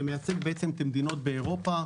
שמייצג את המדינות באירופה,